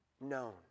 known